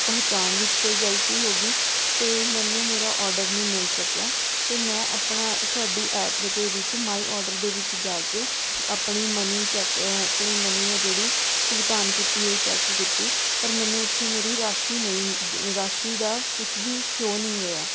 ਪਹੁੰਚਾਉਣ ਵਿੱਚ ਕੋਈ ਗਲਤੀ ਹੋ ਗਈ ਅਤੇ ਮੈਨੂੰ ਮੇਰਾ ਔਡਰ ਨਹੀਂ ਮਿਲ ਸਕਿਆ ਅਤੇ ਮੈਂ ਆਪਣਾ ਤੁਹਾਡੀ ਐਪ ਦੇ ਵਿੱਚ ਮਾਈ ਔਡਰ ਦੇ ਵਿੱਚ ਜਾ ਕੇ ਆਪਣੀ ਮਨੀਂ ਚੈੱਕ ਆਪਣੀ ਮਨੀ ਹੈ ਜਿਹੜੀ ਭੁਗਤਾਨ ਕੀਤੀ ਹੋਈ ਚੈੱਕ ਕੀਤੀ ਪਰ ਮੈਨੂੰ ਉੱਥੇ ਮੇਰੀ ਰਾਸ਼ੀ ਨਹੀਂ ਰਾਸ਼ੀ ਦਾ ਕੁਛ ਵੀ ਸੌਅ ਨਹੀਂ ਹੋਇਆ